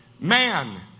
Man